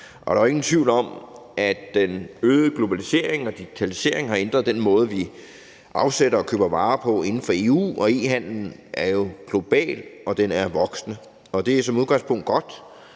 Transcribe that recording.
Der er jo ingen tvivl om, at den øgede globalisering og digitalisering har ændret den måde, vi afsætter og køber varer på inden for EU, og e-handelen er jo global, og den er voksende. Og det er som udgangspunkt godt,